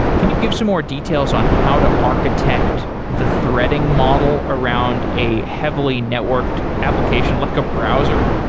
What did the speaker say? can you give some more details on how to architect the threading model around a heavily networked application, like a browser?